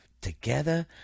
together